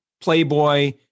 Playboy